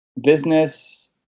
business